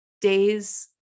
days